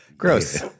gross